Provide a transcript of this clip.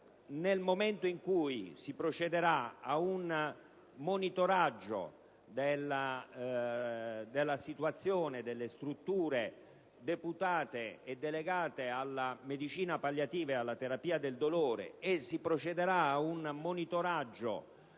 Nel momento in cui si procederà ad un monitoraggio della situazione delle strutture deputate alla medicina palliativa e alla terapia del dolore e si procederà ad una rilevazione